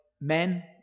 men